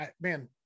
man